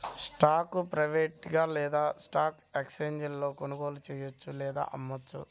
స్టాక్ను ప్రైవేట్గా లేదా స్టాక్ ఎక్స్ఛేంజీలలో కొనుగోలు చెయ్యొచ్చు లేదా అమ్మొచ్చు